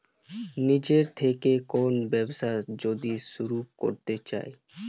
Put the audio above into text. নিজের থেকে কোন ব্যবসা যদি শুরু করতে চাই